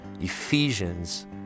Ephesians